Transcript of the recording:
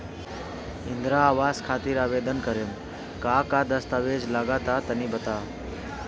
इंद्रा आवास खातिर आवेदन करेम का का दास्तावेज लगा तऽ तनि बता?